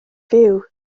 fyw